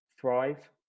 thrive